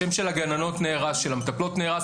השם של הגננות ושל המטפלות נהרס.